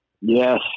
Yes